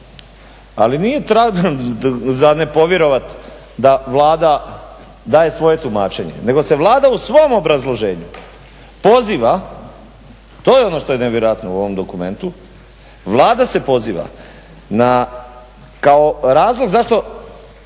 Ali nije za ne povjerovat da Vlada daje svoje tumačenje, nego se Vlada u svom obrazloženju poziva, to je ono što je nevjerojatno u ovom dokumentu, Vlada se poziva kao razlog zašto